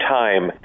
time